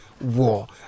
war